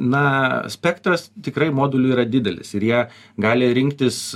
na spektras tikrai modulių yra didelis ir jie gali rinktis